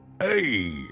hey